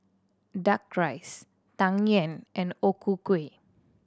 Duck Rice Tang Yuen and O Ku Kueh